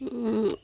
ও